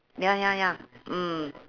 ya ya ya mm